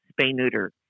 spay-neuter